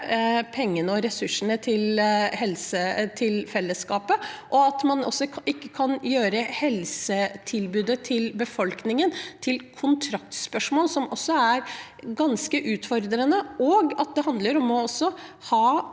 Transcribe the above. pengene og ressursene til fellesskapet, og at man ikke kan gjøre helsetilbudet til befolkningen til et kontraktsspørsmål, som også er ganske utfordrende. Dette er ikke